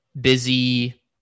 busy